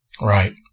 Right